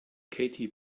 katy